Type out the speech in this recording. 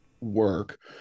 work